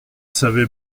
savait